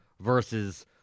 versus